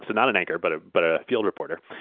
so not an anchor but ah but a field reporter.